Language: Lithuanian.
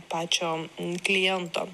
pačio kliento